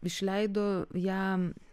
išleido ją